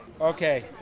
Okay